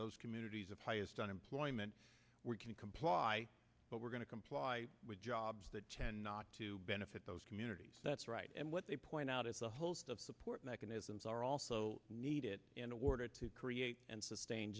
those communities of highest unemployment we can comply but we're going to comply with jobs that tend not to benefit those communities that's right and what they point out is a host of support mechanisms are also needed in order to create and sustain